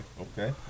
Okay